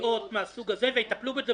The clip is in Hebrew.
תביעות מן הסוג הזה ויטפלו בזה